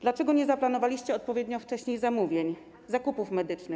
Dlaczego nie zaplanowaliście odpowiednio wcześniej zamówień, zakupów medycznych.